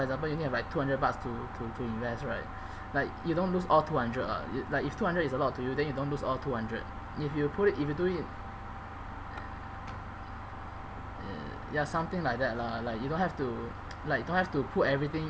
for example you need like two hundred bucks to to to invest right like you don't lose all two hundred lah like if two hundred is a lot to you then you don't lose all two hundred if you put it if you put it uh ya something like that lah like you don't have to like don't have to put everything